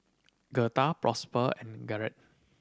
Girtha Prosper and Garrett